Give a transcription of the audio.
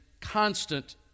constant